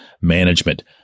management